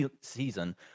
season